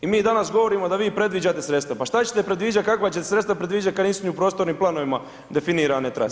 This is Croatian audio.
I mi danas govorimo da vi predviđate sredstva, pa šta ćete predviđat, kakva ćete sredstva predviđat kad nisu ni u prostornim planovima definirane trase.